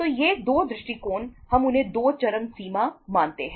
तो ये 2 दृष्टिकोण हम उन्हें 2 चरम सीमा मानते हैं